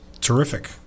terrific